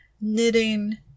knitting